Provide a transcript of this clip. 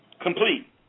complete